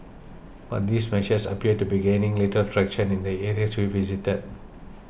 but these measures appear to be gaining little traction in the areas we visited